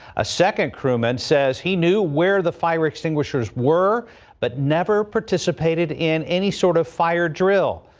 a second crew men says he knew where the fire extinguishers were but never participated in any sort of fire drill.